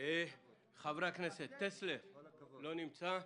חבר הכנסת טסלר לא נמצא.